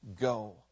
go